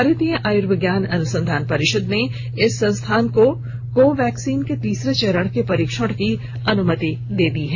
भारतीय आयुर्विज्ञान अनुसंधान परिषद ने इस संस्थान को को वैक्सीन के तीसरे चरण के परीक्षण की अनुमति दे दी है